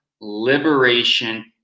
liberation